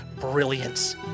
brilliance